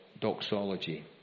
doxology